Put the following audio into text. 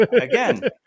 Again